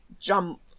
jump